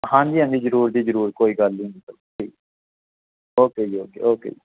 ਹਾਂਜੀ ਹਾਂਜੀ ਜ਼ਰੂਰ ਜੀ ਜ਼ਰੂਰ ਕੋਈ ਗੱਲ ਨਹੀਂ ਓਕੇ ਜੀ ਓਕੇ ਜੀ ਓਕੇ